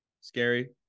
scary